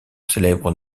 célèbre